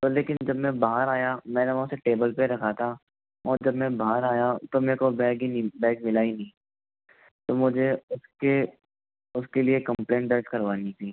तो लेकिन मैं जब बाहर आया मैंने वहाँ उसे टेबल पर रखा था और जब मैं बाहर आया तो मेरे को बैग ही नहीं बैग मिला ही नहीं तो मुझे उस के उस के लिए कम्प्लेंट दर्ज करवानी थीं